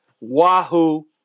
Wahoo